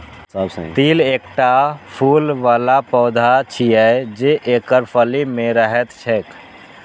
तिल एकटा फूल बला पौधा छियै, जे एकर फली मे रहैत छैक